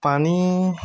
পানী